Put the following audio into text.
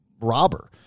robber